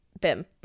bim